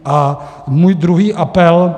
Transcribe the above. A můj druhý apel.